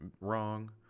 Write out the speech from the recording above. wrong